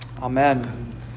Amen